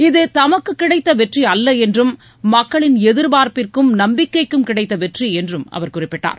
இது தமக்கு கிடைத்த வெற்றி அல்ல என்றும் மக்களின் எதிர்பார்ப்பிற்கும் நம்பிக்கைக்கும் கிடைத்த வெற்றி என்று அவர் குறிப்பிட்டார்